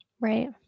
Right